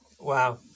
Wow